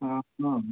ହଁ ହଁ